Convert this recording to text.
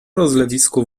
rozlewisku